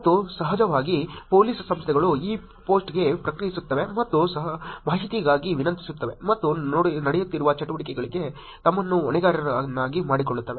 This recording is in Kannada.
ಮತ್ತು ಸಹಜವಾಗಿ ಪೋಲಿಸ್ ಸಂಸ್ಥೆಗಳು ಈ ಪೋಸ್ಟ್ಗೆ ಪ್ರತಿಕ್ರಿಯಿಸುತ್ತವೆ ಮತ್ತು ಮಾಹಿತಿಗಾಗಿ ವಿನಂತಿಸುತ್ತವೆ ಮತ್ತು ನಡೆಯುತ್ತಿರುವ ಚಟುವಟಿಕೆಗಳಿಗೆ ತಮ್ಮನ್ನು ಹೊಣೆಗಾರರನ್ನಾಗಿ ಮಾಡಿಕೊಳ್ಳುತ್ತವೆ